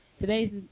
Today's